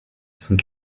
sont